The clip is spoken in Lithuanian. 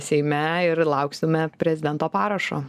seime ir lauksime prezidento parašo